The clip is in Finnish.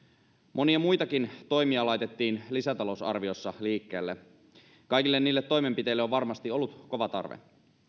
monia muitakin toimia laitettiin lisätalousarviossa liikkeelle kaikille niille toimenpiteille on varmasti ollut kova tarve